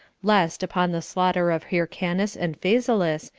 lest, upon the slaughter of hyrcanus and phasaelus,